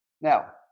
Now